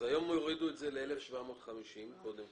כעת יורידו את זה ל-1,750 שקל,